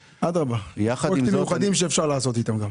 אדרבה, פרויקטים מיוחדים שאפשר לעשות איתם גם.